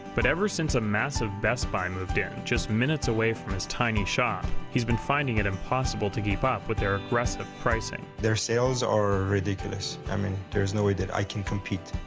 but ever since a massive best buy moved in just minutes away from his tiny shop, he's been finding it impossible to keep up with their aggressive pricing. their sales are ridiculous. i mean, there's no way that i can compete.